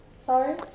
Sorry